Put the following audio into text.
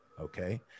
okay